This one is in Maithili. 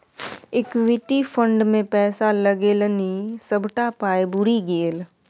इक्विटी फंड मे पैसा लगेलनि सभटा पाय बुरि गेल